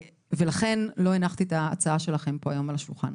ולכן לא הנחתי את ההצעה שלכם פה היום על השולחן.